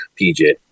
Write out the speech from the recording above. PJ